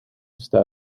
está